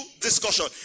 discussion